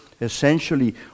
essentially